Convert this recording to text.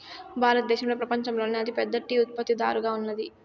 భారతదేశం పపంచంలోనే అతి పెద్ద టీ ఉత్పత్తి దారుగా ఉన్నాది